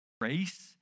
grace